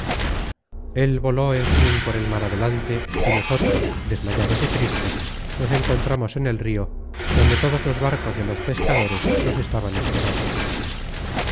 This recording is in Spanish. el voló en fin por el mar adelante y nosotros desmayados y tristes nos encontramos en el rio donde todos los barcos de los pescadores nos estaban esperando